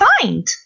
find